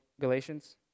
Galatians